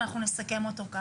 על